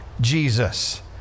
Jesus